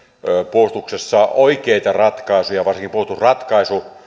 puolustuksessa oikea ratkaisuja varsinkin puolustusratkaisu